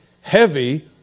heavy